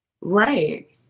right